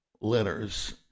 letters